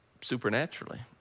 supernaturally